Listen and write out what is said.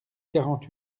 quarante